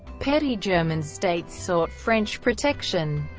petty german states sought french protection.